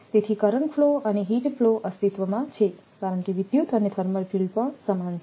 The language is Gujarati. તેથી કરંટ ફ્લો અને હિટ ફ્લો અસ્તિત્વમાં છે કારણ કે વિદ્યુત અને થર્મલ ફિલ્ડ સમાન છે